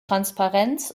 transparenz